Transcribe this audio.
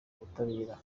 ubutabera